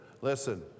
listen